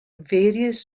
various